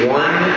one